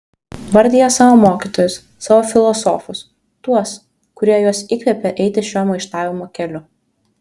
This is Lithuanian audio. vardija savo mokytojus savo filosofus tuos kurie juos įkvėpė eiti šiuo maištavimo keliu